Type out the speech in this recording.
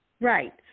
right